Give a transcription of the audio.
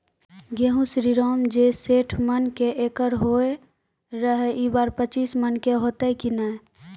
गेहूँ श्रीराम जे सैठ मन के एकरऽ होय रहे ई बार पचीस मन के होते कि नेय?